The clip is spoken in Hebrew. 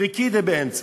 "ריקידה" באמצע.